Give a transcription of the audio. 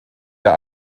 der